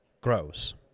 grows